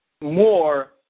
more